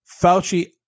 Fauci